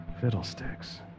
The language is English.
Fiddlesticks